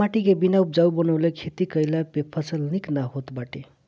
माटी के बिना उपजाऊ बनवले खेती कईला पे फसल निक ना होत बाटे